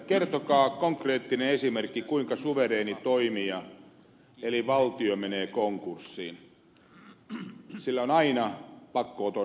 kertokaa konkreettinen esimerkki kuinka suvereeni toimija eli valtio menee konkurssiin sillä on aina pakko oton mahdollisuus